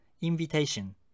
invitation